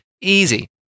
Easy